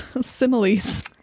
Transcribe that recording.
similes